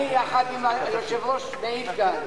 אני יחד עם היושב-ראש מעיד כאן,